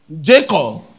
Jacob